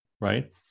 right